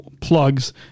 plugs